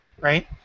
Right